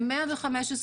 ל- 115 יישובים,